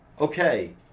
okay